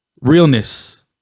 Realness